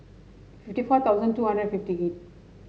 fifty four thousand two hundred fifty eight